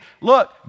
look